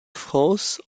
france